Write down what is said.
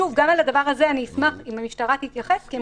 גם לדבר הזה אשמח שהמשטרה תתייחס כי הם